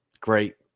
great